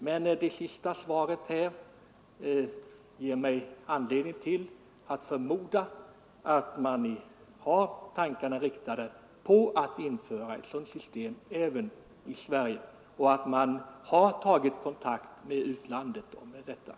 Men det sista beskedet ger mig anledning förmoda att man har tankarna inriktade på att införa ett sådant system även i Sverige, och det visar ju också att man tagit kontakt med utlandet i frågan.